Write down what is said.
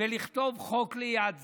ולכתוב חוק ליד זה: